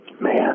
man